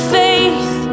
faith